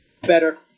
Better